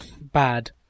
bad